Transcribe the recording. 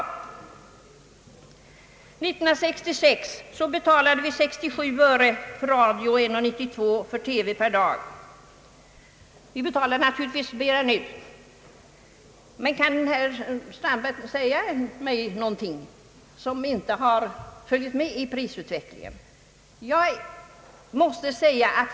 År 1966 betalade vi 67 öre för radio och kronor 1:92 för TV per dag. Vi betalar naturligtvis mera nu. Men kan herr Strandberg nämna någonting som inte har följt med i prisutvecklingen?